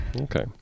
Okay